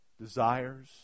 desires